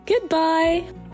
Goodbye